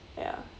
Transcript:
ya